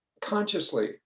consciously